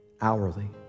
hourly